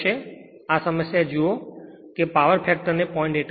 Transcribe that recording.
તેથી જો આ સમસ્યા જુઓ કે પાવર ફેક્ટરને 0